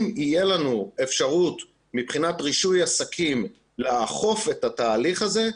אם תהיה לנו אפשרות מבחינת רישוי עסקים לאכוף את התהליך הזה,